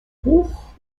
hoch